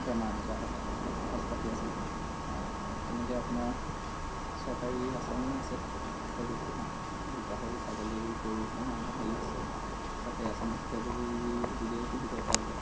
বেমাৰ আজাৰ হ'লে অলপ খৰচ পাতি আছে তেনেকৈ আপোনাৰ চৰকাৰী আঁচনিও আছে সেইবোৰ পোহা যেনেকৈ গাহৰি ছাগলী গৰু পোহাৰ হেৰি আছে চৰকাৰী আঁচনি সেইবোৰ যোগেও পুহিব পৰা যায়